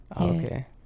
okay